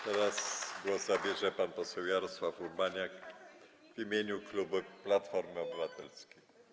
Teraz głos zabierze pan poseł Jarosław Urbaniak w imieniu klubu Platformy Obywatelskiej.